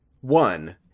One